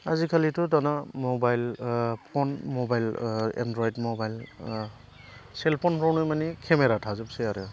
आजिखालिथ' दाना mobile phone mobile Android mobile सेलफनफ्रावनो मानि केमेरा थाजोबसै आरो